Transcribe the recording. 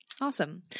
Awesome